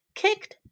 kicked